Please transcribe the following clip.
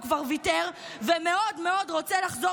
הוא כבר ויתר ומאוד מאוד רוצה לחזור